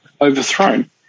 overthrown